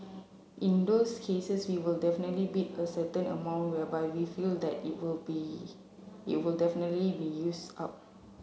in those cases we will definitely bid a certain amount whereby we feel that it will be it will definitely be used up